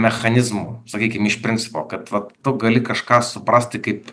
mechanizmų sakykim iš principo kad vat tu gali kažką suprast kaip